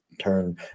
turn